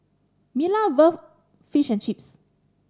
Fish and Chips